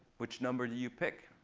which number do you pick?